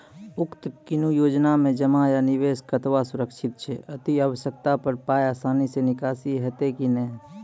उक्त कुनू योजना मे जमा या निवेश कतवा सुरक्षित छै? अति आवश्यकता पर पाय आसानी सॅ निकासी हेतै की नै?